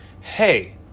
hey